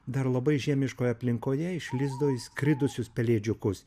dar labai žiemiškoj aplinkoje iš lizdo išskridusius pelėdžiukus